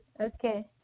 Okay